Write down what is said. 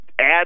add